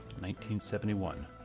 1971